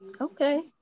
Okay